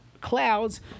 clouds